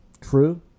True